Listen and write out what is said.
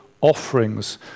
Offerings